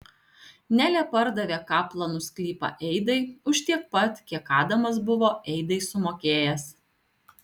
nelė pardavė kaplanų sklypą eidai už tiek pat kiek adamas buvo eidai sumokėjęs